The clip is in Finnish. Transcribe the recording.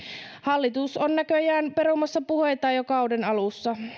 hallitus on näköjään perumassa puheita jo kauden alussa